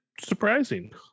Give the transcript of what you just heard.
surprising